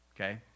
okay